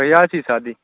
कहिया छै शादी